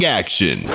action